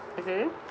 mmhmm